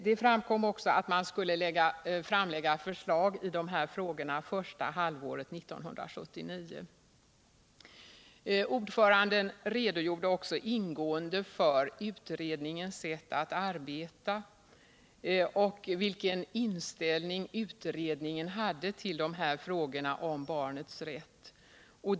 Det framkom också att man skulle framlägga förslag i dessa frågor första halvåret 1979. Ordföranden redogjorde ingående för utredningens sätt att arbeta och vilken inställning utredningen hade till frågorna om barnets rätt.